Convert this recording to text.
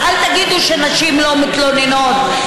אז אל תגידו שנשים לא מתלוננות.